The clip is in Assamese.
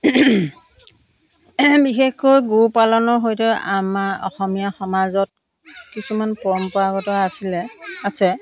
বিশেষকৈ গোপালনৰ সৈতে আমাৰ অসমীয়া সমাজত কিছুমান পৰম্পৰাগত আছিলে আছে